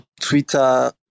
Twitter